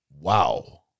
Wow